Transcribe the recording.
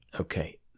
Okay